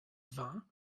vingt